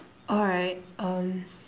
alright um